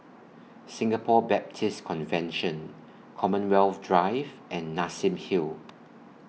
Singapore Baptist Convention Commonwealth Drive and Nassim Hill